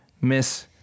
Miss